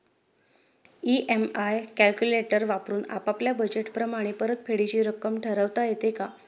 EMI calculator वापरून आपापल्या budget प्रमाणे परतफेडीची रक्कम ठरवता येते का?